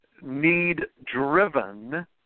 need-driven